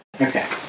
Okay